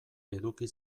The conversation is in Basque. eduki